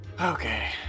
okay